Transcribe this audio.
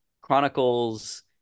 chronicles